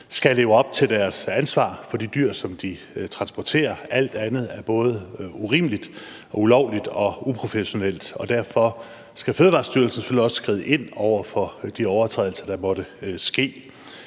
skal leve op til deres ansvar for de dyr, som de transporterer – alt andet er både urimeligt og ulovligt og uprofessionelt. Derfor skal Fødevarestyrelsen selvfølgelig også skride ind over for de overtrædelser, der måtte ske.